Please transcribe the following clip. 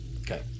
Okay